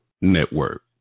Network